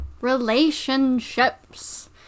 relationships